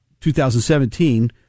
2017